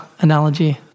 analogy